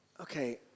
Okay